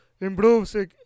improve